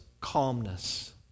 calmness